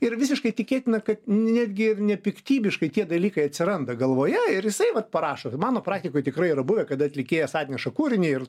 ir visiškai tikėtina kad netgi nepiktybiškai tie dalykai atsiranda galvoje ir jisai vat parašo mano praktikoj tikrai yra buvę kad atlikėjas atneša kūrinį ir